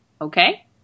Okay